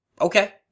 Okay